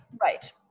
right